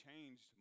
changed